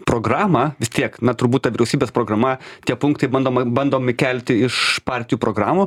programą vis tiek na turbūt ta vyriausybės programa tie punktai bandoma bandomi kelti iš partijų programų